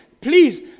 Please